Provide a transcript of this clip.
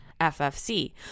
FFC